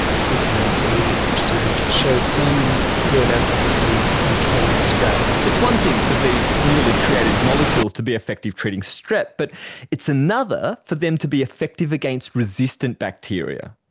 something like eighty percent showed some good efficacy in killing strap. it's one thing for these newly created molecules to be effective treating strep, but it's another for them to be effective against resistance bacteria.